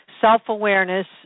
self-awareness